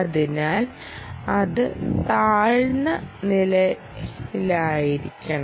അതിനാൽ അത് താഴ്ന്ന നിലയിലായിരിക്കണം